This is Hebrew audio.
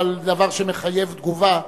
אבל דבר שמחייב תגובה,